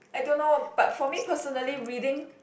I don't know but for me personally reading